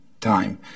time